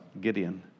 Gideon